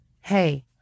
hey